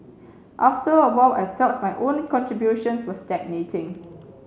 after a while I felt my own contributions were stagnating